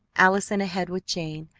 allison ahead with jane,